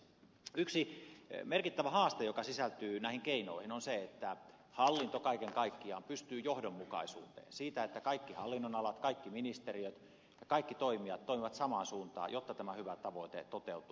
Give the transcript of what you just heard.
yksi merkittävä haaste joka sisältyy näihin keinoihin on se että hallinto kaiken kaikkiaan pystyy johdonmukaisuuteen siinä että kaikki hallinnonalat kaikki ministeriöt ja kaikki toimijat toimivat samaan suuntaan jotta tämä hyvä tavoite toteutuu